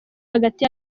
hagati